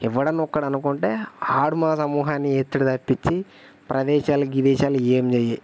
ఎవడన్నా ఒక్కడు అనుకుంటే ఆడు మా సమూహాన్ని చేస్తాడు తప్పించి ప్రదేశాలు గిదేశాలు ఏం చెయ్యవు